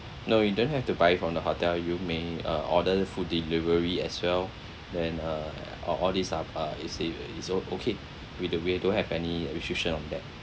no you don't have to buy it from the hotel you may uh order food delivery as well then uh or all these are uh you say is o~ okay with the way don't have any restriction on them